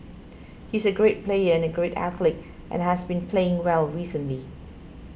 he's a great player and a great athlete and has been playing well recently